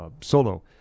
solo